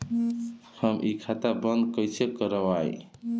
हम इ खाता बंद कइसे करवाई?